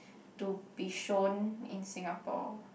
to be shown in Singapore